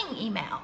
email